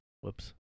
Whoops